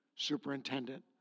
superintendent